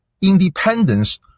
independence